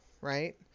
right